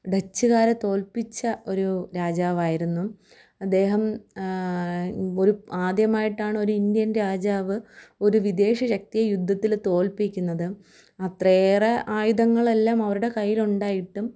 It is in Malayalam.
ഡച്ചുകാരെ തോൽപ്പിച്ച ഒരു രാജാവായിരുന്നു അദ്ദേഹം ഒരു ആദ്യമായിട്ടാണ് ഒരു ഇന്ത്യൻ രാജാവ് ഒരു വിദേശ ശക്തിയെ യുദ്ധത്തിൽ തോൽപ്പിക്കുന്നതും അത്രയേറെ ആയുധങ്ങളെല്ലാം അവരുടെ കയ്യിലുണ്ടായിട്ടും